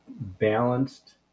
balanced